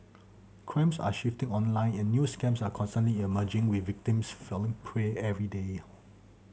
crimes are shifting online and new scams are constantly emerging with victims falling prey every day